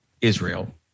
israel